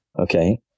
Okay